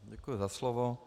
Děkuji za slovo.